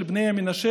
של בני המנשה,